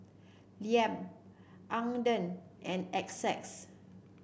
Liam Ogden and Essex